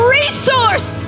resource